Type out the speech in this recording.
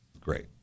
Great